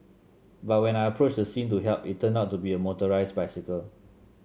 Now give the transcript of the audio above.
but when I approached the scene to help it turned out to be a motorised bicycle